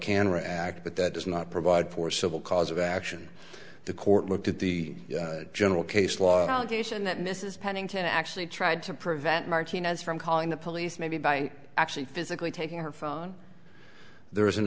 or act but that does not provide for civil cause of action the court looked at the general case law allegation that mrs pennington actually tried to prevent martinez from calling the police maybe by actually physically taking her phone there is an